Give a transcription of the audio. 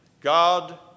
God